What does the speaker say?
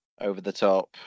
over-the-top